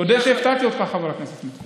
תודה שהפתעתי אותך, חבר הכנסת סמוטריץ'.